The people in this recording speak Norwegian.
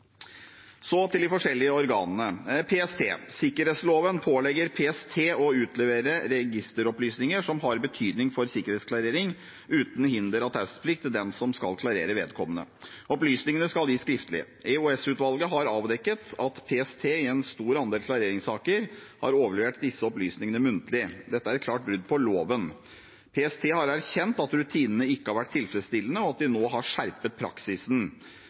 Så til de forskjellige organene, først PST. Sikkerhetsloven pålegger PST å utlevere registeropplysninger som har betydning for sikkerhetsklarering, uten hinder av taushetsplikt til den som skal klarere vedkommende. Opplysningene skal gis skriftlig. EOS-utvalget har avdekket at PST i en stor andel klareringssaker har overlevert disse opplysningene muntlig. Dette er et klart brudd på loven. PST har erkjent at rutinene ikke har vært tilfredsstillende, og at de nå har skjerpet praksisen.